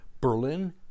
Berlin